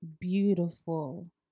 beautiful